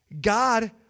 God